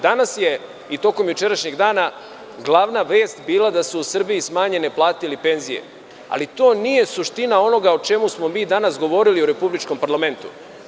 Danas i tokom jučerašnjeg dana je glavna vest bila da su u Srbiji smanjene plate ili penzije, ali to nije suština onoga o čemu smo danas govorili u republičkom parlamentu.